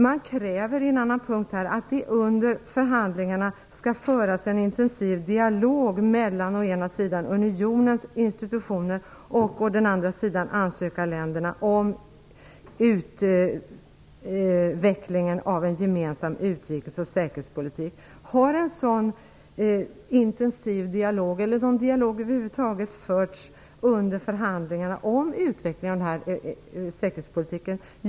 Man kräver att det under förhandlingarna skall föras en intensiv dialog mellan å ena sidan unionens institutioner och å den andra sidan ansökarländerna om utvecklingen av en gemensam utrikes och säkerhetspolitik. Har någon dialog över huvud taget förts under förhandlingar om utvecklingen av säkerhetspolitiken?